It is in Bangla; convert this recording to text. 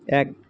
এক